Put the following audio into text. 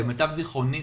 למיטב זכרוני,